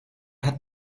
hat